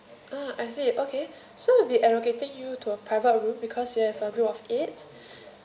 uh I see okay so I'll be allocating you to a private room because you have a group of eight